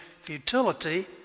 futility